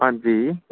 हां जी